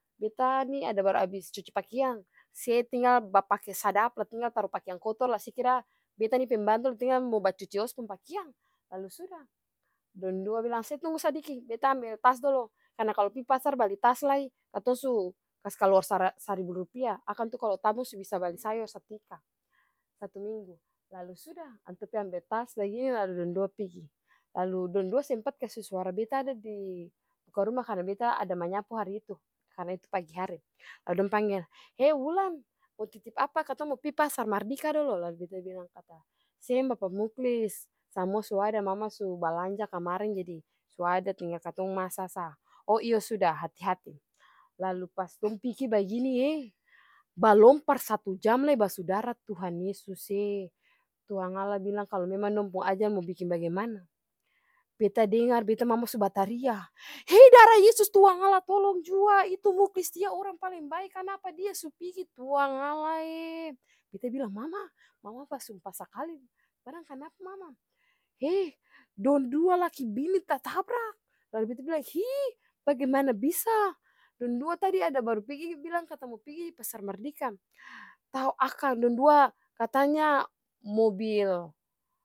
Beta nih ada baru abis cuci pakiang se tinggal bapake sadap lah tinggal taru pakiang kotor lah se kira beta nih pembantu lah tinggal mo bacuci os pung pakiang. Lalu suda dong dua bilang se tunggu sadiki beta ambel tas dolo karna kalu pi pasar bali tas lai katong su kas kaluar sa-saribu ruapia akang tuh kalu tabung su bisa bali sayor satu ika satu minggu. Lalu suda antua pi ambel tas bagini lalu dong dua pigi, lalu dong dua sempat kasi suara beta ada di muka ruma karna beta ada manyapu hari itu karna itu pagi hari. Lah dong panggel he wulan mo titip apa katong mo pi pasar mardika dolo, lalu beta bilang kata seng bapa muklis samua su ada mama su balanja kamareng jadi su ada tinggal katong masa sa, oh iyo suda hati-hati. Lalu pas dong pigi baginie balom par satu jam lai basudara tuhan yesuse, tuangala bilang kalu memang dong pung ajal mo biking bagimana beta dengar beta mama su bataria he dara yesus tuangala tolong jua itu muklis dia orang paleng bae kanapa dia su pigi tuangalae. Beta bilang mama, mama basumpa sakali barang kanapa mama, he dong dua laki bini tatabrak, lalu beta bilang hi bagimana bisa dong dua tadi ada baru pigi bilang kata mo pigi di pasar mardika, tau akang dong dua katanya mobil.